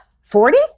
forty